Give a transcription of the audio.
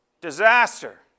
disaster